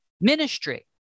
ministry